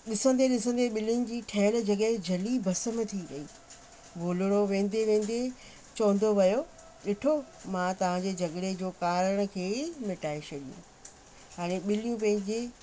ॾिसंदे ॾिसंदे बिलियुनि जी ठहियल जॻहि जड़ी भस्म थी वई भोलड़ो वेंदे वेंदे चवंदो वियो ॾिठो मां तव्हांजे झगड़े जो कारण खे ई मिटाए छॾियो हाणे ॿिलियूं पंहिंजे